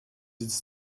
its